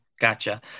Gotcha